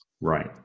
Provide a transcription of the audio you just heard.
Right